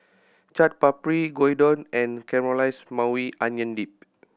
Chaat Papri Gyudon and Caramelized Maui Onion Dip